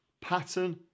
pattern